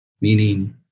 Meaning